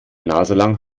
naselang